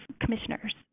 commissioners